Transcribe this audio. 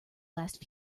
last